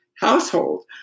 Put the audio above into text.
household